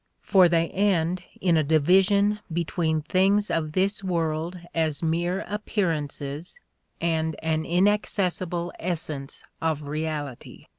for they end in a division between things of this world as mere appearances and an inaccessible essence of reality.